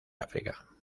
áfrica